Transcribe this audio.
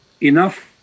enough